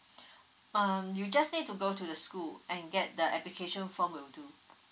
um you just need to go to the school and get the application form will do